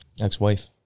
ex-wife